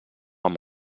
amb